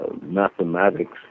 mathematics